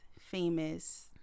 famous